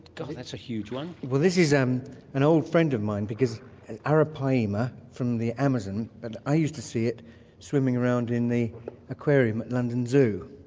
god, that's a huge one. well, this is um an old friend of mine, an arapaima from the amazon, but i used to see it swimming around in the aquarium at london zoo.